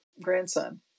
grandson